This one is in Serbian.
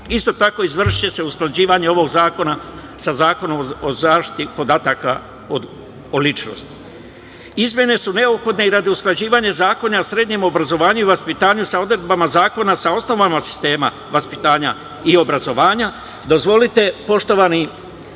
tako, izvršiće se usklađivanje ovog zakona sa Zakonom o zaštiti podataka o ličnosti. Izmene su neophodne i radi usklađivanja Zakona o srednjem obrazovanju i vaspitanju sa odredbama Zakona sa osnovama sistema vaspitanja i obrazovanja. Poštovani